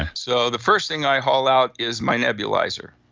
and so, the first thing i haul out is my nebulizer.